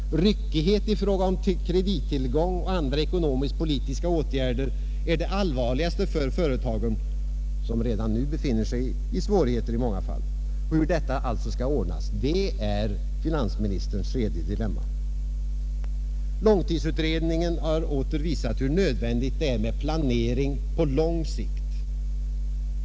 Ryckighet i fråga om kredittillgång och andra ekonomisk-politiska åtgärder är det allvarligaste för företagen, som redan nu befinner sig i svårigheter i många fall. Hur detta skall ordnas är finansministerns tredje dilemma. Långtidsutredningen har åter visat hur nödvändigt det är med planering på lång sikt.